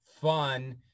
fun